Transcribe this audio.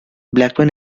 blackman